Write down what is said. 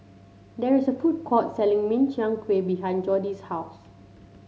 there is a food court selling Min Chiang Kueh behind Jordy's house